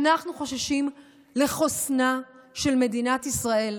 אנחנו חוששים לחוסנה של מדינת ישראל,